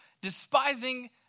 despising